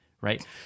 right